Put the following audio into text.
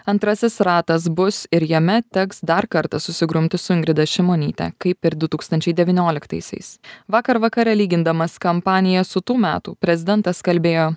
antrasis ratas bus ir jame teks dar kartą susigrumti su ingrida šimonyte kaip ir du tūkstančiai devynioliktaisiais vakar vakare lygindamas kampaniją su tų metų prezidentas kalbėjo